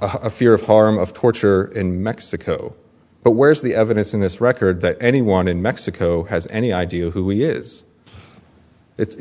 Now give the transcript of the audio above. a fear of harm of torture in mexico but where's the evidence in this record that anyone in mexico has any idea who he is it's